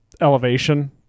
elevation